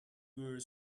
were